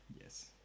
Yes